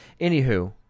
anywho